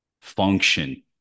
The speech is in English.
function